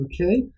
Okay